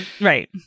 Right